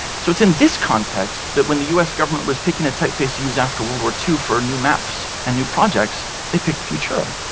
so it's in this context that when the us government was picking a typeface to use after world war ii for new maps and new projects, they picked futura.